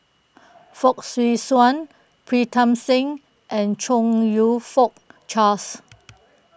Fong Swee Suan Pritam Singh and Chong You Fook Charles